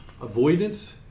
avoidance